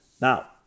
Now